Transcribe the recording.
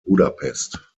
budapest